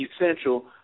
essential